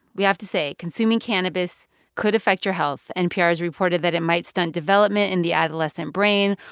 we have to say, consuming cannabis could affect your health. npr's reported that it might stunt development in the adolescent brain,